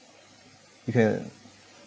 you can